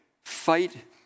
fight